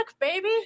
baby